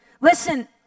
Listen